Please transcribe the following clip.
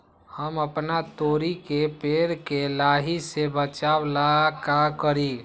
हम अपना तोरी के पेड़ के लाही से बचाव ला का करी?